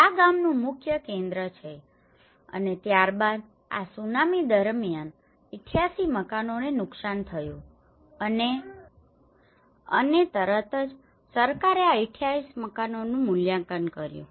આ ગામનું મુખ્ય કેન્દ્ર છે અને ત્યારબાદ આ સુનામી દરમિયાન 88 મકાનોને નુકસાન થયું હતું અને તરત જ સરકારે આ 88 મકાનોનું મૂલ્યાંકન કર્યું છે